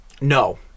No